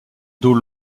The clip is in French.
dos